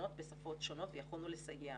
תלונות בשפות שונות ויכולנו לסייע.